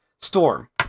Storm